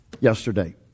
Yesterday